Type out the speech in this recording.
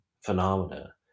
phenomena